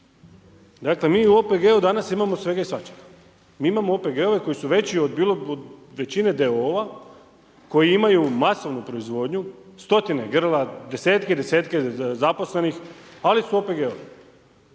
dakle, mi u OPG-u danas imamo svega i svačega. Mi imamo OPG-ove koje su veći od većine d.o.o. koji imaju masovnu proizvodnju, stotine grla, desetke i desetke zaposlenih ali su OPG-ovim